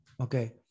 Okay